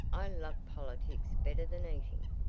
i love politics better than eating.